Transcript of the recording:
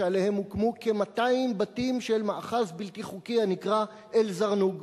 שעליהם הוקמו כ-300 בתים של מאחז בלתי חוקי הנקרא אל-זרנוג.